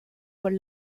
con